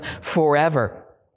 forever